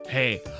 Hey